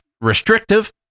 restrictive